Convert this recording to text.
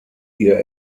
ihr